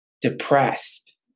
depressed